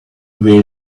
will